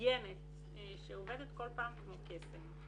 מסוימת שעובדת כל פעם כמו קסם.